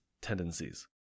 tendencies